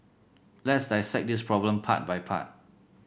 let's dissect this problem part by part